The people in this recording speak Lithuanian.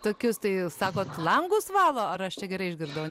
tokius tai sakot langus valo ar aš čia gerai išgirdau